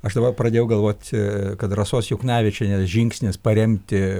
aš dabar pradėjau galvot kad rasos juknevičienės žingsnis paremti